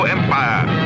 Empire